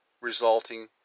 resulting